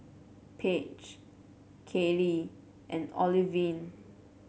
Paige Caylee and Olivine